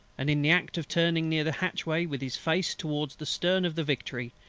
and in the act of turning near the hatchway with his face towards the stern of the victory,